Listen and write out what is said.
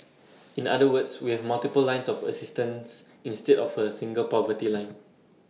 in other words we have multiple lines of assistance instead of A single poverty line